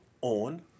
on